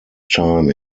time